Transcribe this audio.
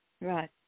Right